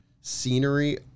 scenery